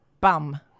bum